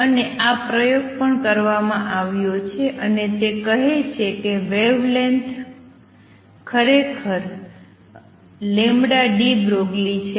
અને આ પ્રયોગ પણ કરવામાં આવ્યો છે અને તે કહે છે કે વેવલેન્થ ખરેખર deBroglie છે